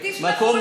תפתחו,